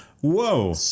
Whoa